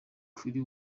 kuri